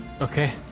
Okay